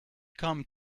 come